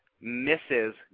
misses